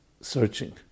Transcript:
searching